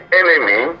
enemy